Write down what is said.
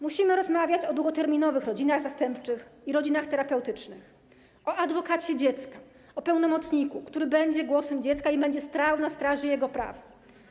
Musimy rozmawiać o długoterminowych rodzinach zastępczych i rodzinach terapeutycznych, o adwokacie dziecka, o pełnomocniku, który będzie głosem dziecka i będzie stał na straży jego praw.